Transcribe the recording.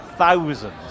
thousands